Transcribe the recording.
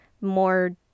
more